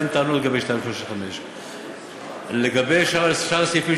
ואין טענות לגבי 2365. לגבי שאר הסעיפים